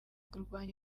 kurwanya